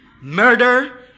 murder